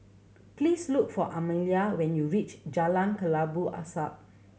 please look for Amalia when you reach Jalan Kelabu Asap